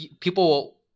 people